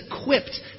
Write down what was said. equipped